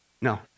No